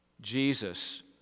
Jesus